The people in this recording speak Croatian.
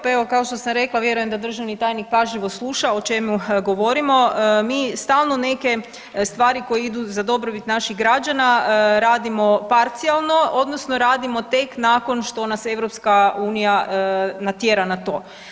Pa evo, kao što sam rekla, vjerujem da državni tajnik pažljivo sluša o čemu govorimo mi stalno neke stvari koje idu za dobrobit naših građana radimo parcijalno odnosno radimo tek nakon što nas EU natjera na to.